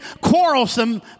quarrelsome